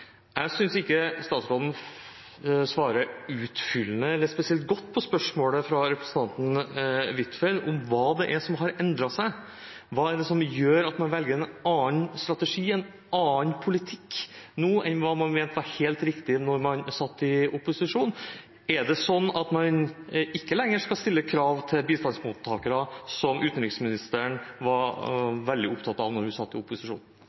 Jeg synes ikke statsråden svarer utfyllende eller spesielt godt på spørsmålet fra representanten Huitfeldt om hva det er som har endret seg. Hva er det som gjør at man velger en annen strategi, en annen politikk nå enn det man mente var helt riktig da man satt i opposisjon? Skal man ikke lenger stille krav til bistandsmottakere, noe som utenriksministeren var veldig opptatt av da hun satt i opposisjon?